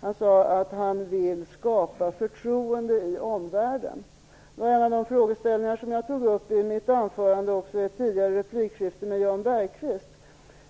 Han sade att han vill skapa förtroende i omvärlden. När det gäller frågeställningarna i mitt huvudanförande och i en replik till Jan Bergqvist